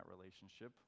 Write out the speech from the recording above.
relationship